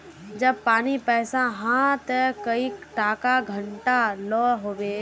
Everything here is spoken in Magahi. जब पानी पैसा हाँ ते कई टका घंटा लो होबे?